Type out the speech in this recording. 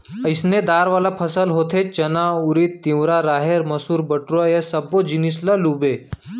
अइसने दार वाला फसल होथे चना, उरिद, तिंवरा, राहेर, मसूर, बटूरा ए सब्बो जिनिस ल लूबे